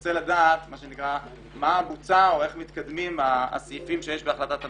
ונרצה לדעת מה בוצע או איך מתקדמים עם הסעיפים שיש בהחלטת הממשלה.